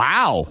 Wow